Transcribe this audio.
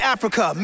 Africa